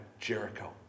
Jericho